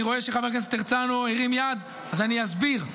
אני רואה שחבר הכנסת הרצנו הרים יד, אז אני אסביר.